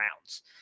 rounds